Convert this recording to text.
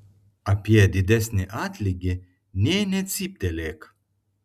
apie didesnį atlygį nė necyptelėk